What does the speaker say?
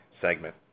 segment